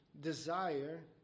desire